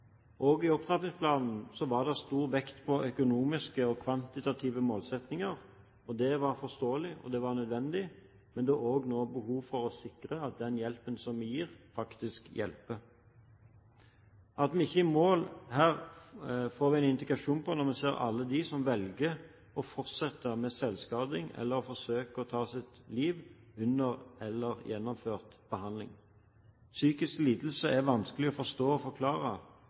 i tjenestene. Også i opptrappingsplanen var det lagt stor vekt på økonomiske og kvantitative målsettinger. Det var forståelig, og det var nødvendig, men det er nå også behov for å sikre at den hjelpen som vi gir, faktisk hjelper. At vi ikke er i mål, får vi en indikasjon på når vi ser alle de som velger å fortsette med selvskading, eller forsøker å ta sitt liv under eller etter gjennomført behandling. Psykiske lidelser er vanskelig å forstå eller forklare,